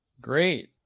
Great